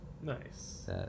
Nice